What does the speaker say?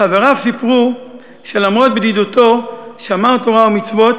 חבריו סיפרו שלמרות בדידותו שמר תורה ומצוות